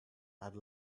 had